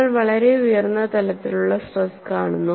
നിങ്ങൾ വളരെ ഉയർന്ന തലത്തിലുള്ള സ്ട്രെസ് കാണുന്നു